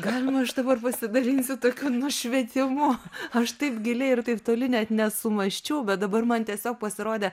galima aš dabar pasidalinsiu tokiu nušvetimu aš taip giliai ir taip toli net nesumąsčiau bet dabar man tiesiog pasirodė